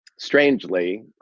Strangely